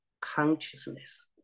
consciousness